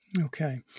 Okay